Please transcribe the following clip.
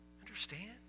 Understand